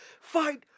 Fight